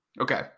Okay